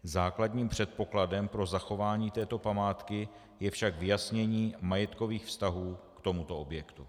Základním předpokladem pro zachování této památky je však vyjasnění majetkových vztahů k tomuto objektu.